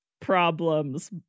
Problems